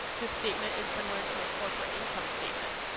this statement is similar to a corporate income statement.